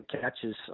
catches